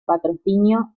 patrocinio